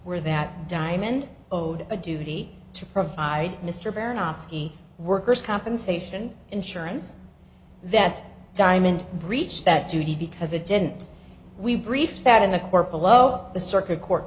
were that diamond owed a duty to provide mr barron ascii workers compensation insurance that diamond breached that duty because it didn't we brief that in the court below the circuit court